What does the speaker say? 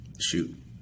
shoot